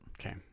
okay